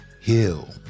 Hill